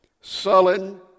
sullen